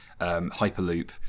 Hyperloop